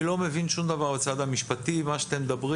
אני לא מבין שום דבר בצד המשפטי, מה שאתם מדברים.